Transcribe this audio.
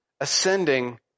Ascending